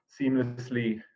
seamlessly